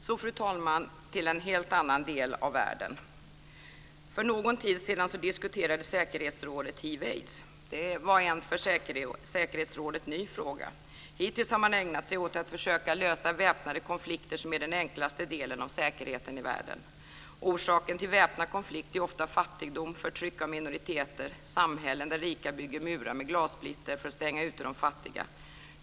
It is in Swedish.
Så, fru talman, till en helt annan del av världen. För någon tid sedan diskuterade säkerhetsrådet hiv/aids. Det var en för säkerhetsrådet ny fråga. Hittills har man ägnat sig åt att försöka lösa väpnade konflikter, som är den enklaste delen av säkerheten i världen. Orsaken till väpnad konflikt är ofta fattigdom, förtryck av minoriteter och samhällen där rika bygger murar med glassplitter för att stänga ute de fattiga.